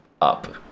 up